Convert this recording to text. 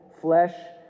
flesh